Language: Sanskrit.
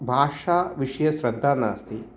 भाषाविषये श्रद्धा नास्ति